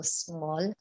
small